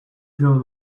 grow